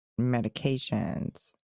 medications